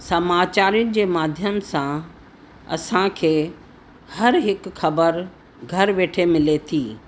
समाचारनि जे माध्यम सां असांखे हर हिकु ख़बर घरु वेठे मिले थी